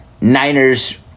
Niners